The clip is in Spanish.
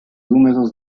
húmedos